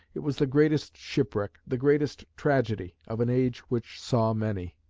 it was the greatest shipwreck, the greatest tragedy, of an age which saw many.